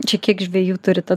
čia kiek žvejų turit